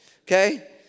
okay